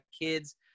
kids